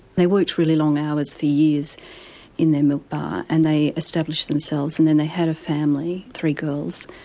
they worked really long hours for years in their milk bar and they established themselves and then they had a family, three girls,